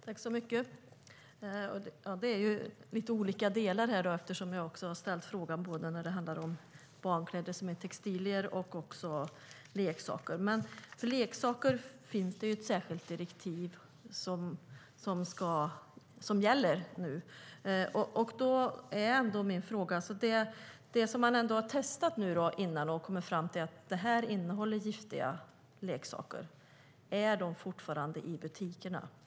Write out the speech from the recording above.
Herr talman! Det finns lite olika delar i detta, eftersom jag har frågat om både barnkläder, som är textilier, och leksaker. För leksaker finns det ett särskilt direktiv som gäller. Då är ändå min fråga: Finns de leksaker som har testats och konstaterats innehålla gifter fortfarande i butikerna?